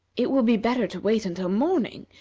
it will be better to wait until morning,